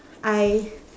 I